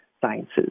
sciences